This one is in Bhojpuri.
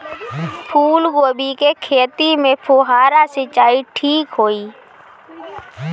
फूल गोभी के खेती में फुहारा सिंचाई ठीक होई?